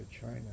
China